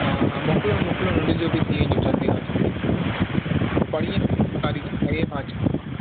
हा हा मोकिलियोनि मोकिलियोनि उन्हनि जो बि थी वेंदो जल्दी खां जल्दी हा पणीहं कारीगर पणीहं खां अचनि था